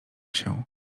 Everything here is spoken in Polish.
się